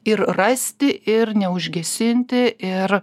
ir rasti ir neužgesinti ir